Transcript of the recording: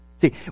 See